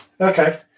Okay